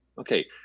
Okay